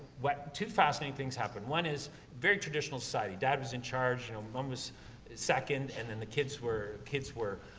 what two fascinating things happened. one is very traditional society. dad was in charge, you know, mom was second, and then the kids were, kids were,